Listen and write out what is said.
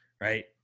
right